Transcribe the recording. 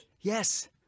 Yes